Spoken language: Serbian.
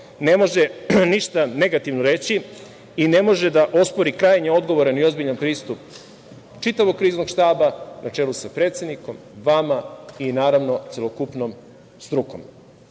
ne može ništa negativno reći i ne može da ospori krajnje odgovoran i ozbiljan pristup čitavog kriznog štaba na čelu sa predsednikom, vama i, naravno, celokupnom strukom.